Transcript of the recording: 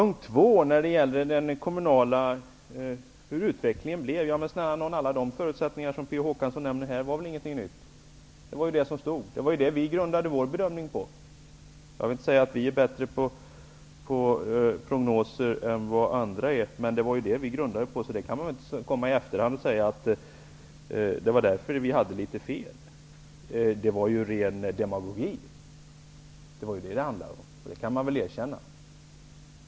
Det talas om hur den kommunala utvecklingen blev. Men alla de förutsättningar som här nämns av Per Olof Håkansson är väl ingenting nytt. Dem grundade ju vi vår bedömning på. Jag vill inte påstå att Socialdemokraterna är bättre på att göra prognoser än andra, men vi grundade faktiskt vår bedöming på dem. Det går inte att i efterhand säga att det var därför som vi till en del hade fel. Det handlade ju om ren demagogi, och det kan man väl erkänna.